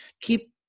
keep